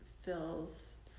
feels